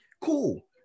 Cool